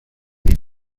هیچ